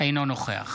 אינו נוכח